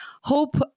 hope